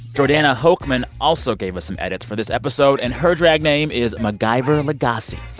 jordana hochman also gave us some edits for this episode, and her drag name is macgyver and lagasse.